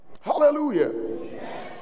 Hallelujah